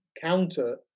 counter